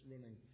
running